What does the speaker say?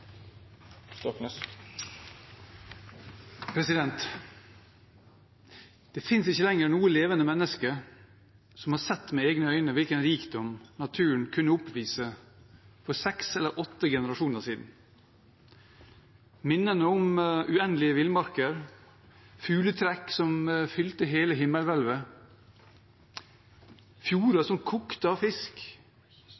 Det finnes ikke lenger noe levende menneske som har sett med egne øyne hvilken rikdom naturen kunne oppvise for seks eller åtte generasjoner siden. Minnene om uendelige villmarker, fugletrekk som fylte hele himmelhvelvet, fjorder